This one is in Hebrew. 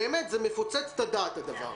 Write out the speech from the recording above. באמת, הדבר הזה מפוצץ את הדעת.